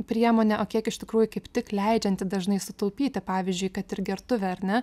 priemonė o kiek iš tikrųjų kaip tik leidžianti dažnai sutaupyti pavyzdžiui kad ir gertuvė ar ne